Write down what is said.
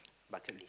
bucket